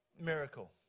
miracle